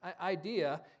idea